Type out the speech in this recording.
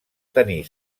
tenir